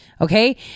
Okay